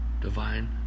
divine